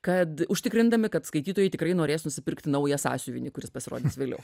kad užtikrindami kad skaitytojai tikrai norės nusipirkti naują sąsiuvinį kuris pasirodys vėliau